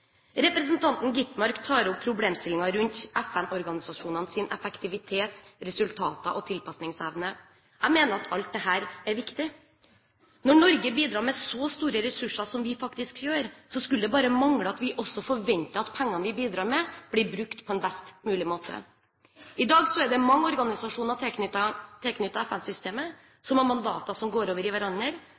Representanten Skovholt Gitmark tar opp problemstillinger rundt FN-organisasjonenes effektivitet, resultater og tilpasningsevne. Jeg mener at alt dette er viktig. Når Norge bidrar med så store ressurser som vi faktisk gjør, skulle det bare mangle at vi ikke også forventet at pengene vi bidrar med, blir brukt på best mulig måte. I dag er det mange organisasjoner tilknyttet FN-systemet som har mandater som går over i hverandre,